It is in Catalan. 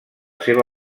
seva